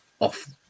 off